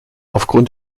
aufgrund